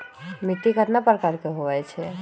मिट्टी कतना प्रकार के होवैछे?